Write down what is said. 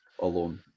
alone